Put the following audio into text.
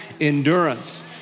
endurance